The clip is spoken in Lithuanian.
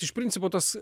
iš principo tos